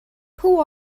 who